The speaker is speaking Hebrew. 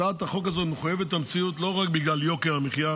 הצעת החוק הזו מחויבת המציאות לא רק בגלל יוקר המחיה